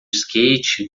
skate